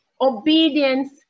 Obedience